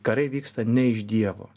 karai vyksta ne iš dievo